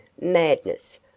Madness